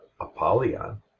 Apollyon